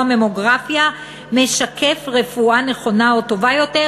ממוגרפיה משקף רפואה נכונה או טובה יותר,